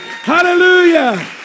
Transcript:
Hallelujah